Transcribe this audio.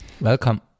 Welcome